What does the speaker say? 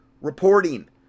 reporting